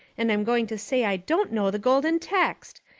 and i'm going to say i don't know the golden text.